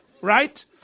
Right